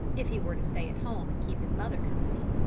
if he were to stay at home and keep his mother company.